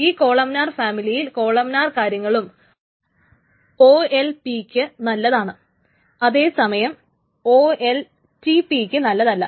ഈ കോളംനാർ ഫാമിലിയിൽ കോളംനാർ കാര്യങ്ങളും ഒഎൽഎപിക്ക് നല്ലതാണ് അതേ സമയം ഒഎൽറ്റിപിക്ക് നല്ലതല്ല